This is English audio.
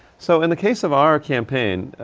so in the case of our campaign,